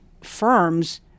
firms